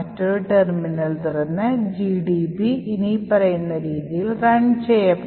മറ്റൊരു ടെർമിനൽ തുറന്ന് gdb ഇനിപ്പറയുന്ന രീതിയിൽ റൺ ചെയ്യും